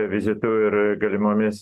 vizitu ir galimomis